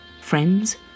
friends